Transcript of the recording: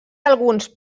alguns